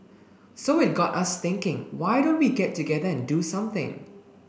so it got us thinking why don't we get together and do something